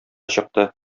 чыкты